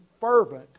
fervent